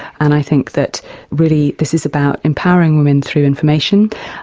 and i think that really this is about empowering women through information,